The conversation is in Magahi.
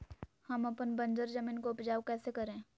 हम अपन बंजर जमीन को उपजाउ कैसे करे?